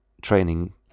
training